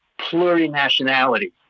plurinationality